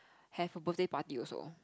have a birthday party also